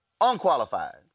Unqualified